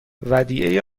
ودیعه